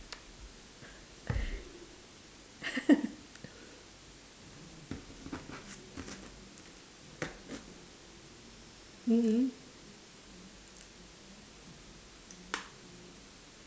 mmhmm